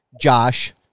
Josh